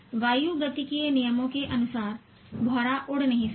वायुगतिकीय नियमों के अनुसार भौंरा उड़ नहीं सकता